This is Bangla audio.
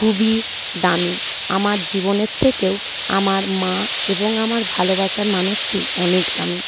খুবই দামি আমার জীবনের থেকেও আমার মা এবং আমার ভালোবাসার মানুষটি অনেক দামি